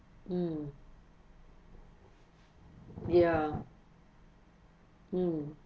mm ya mm